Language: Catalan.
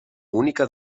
única